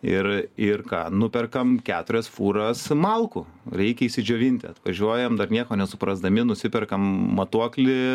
ir ir ką nuperkam keturias fūras malkų reikia išsidžiovinti atvažiuojam dar nieko nesuprasdami nusiperkam matuoklį